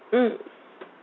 mmhmm